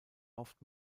oft